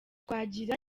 twagira